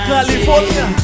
California